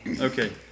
Okay